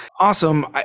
Awesome